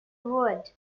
wood